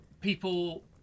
people